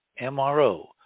MRO